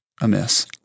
amiss